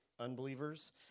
unbelievers